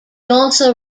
also